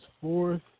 fourth